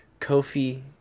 Kofi